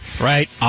Right